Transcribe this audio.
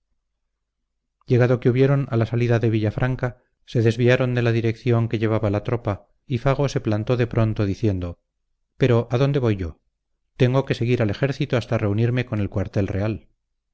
llegado que hubieron a la salida de villafranca se desviaron de la dirección que llevaba la tropa y fago se plantó de pronto diciendo pero adónde voy yo tengo que seguir al ejército hasta reunirme con el cuartel real